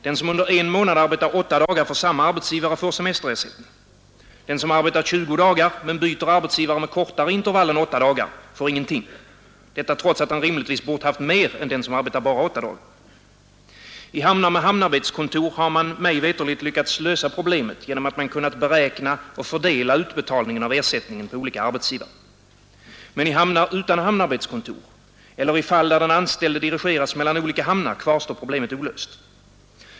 Den som under en månad arbetar åtta dagar för samma arbetsgivare får semesterersättning. Den som arbetar tjugo dagar men byter arbetsgivare med kortare intervall än åtta dagar får ingenting. Detta trots att han rimligtvis bort haft mer än den som arbetat bara åtta dagar. I hamnar med hamnarbetskontor har man mig veterligt lyckats lösa problemet genom att man kunnat beräkna och fördela utbetalningen av ersättningen på olika arbetsgivare. Men i hamnar utan hamnarbetskontor, eller i fall där den anställde dirigeras mellan olika hamnar, kvarstår problemet olöst.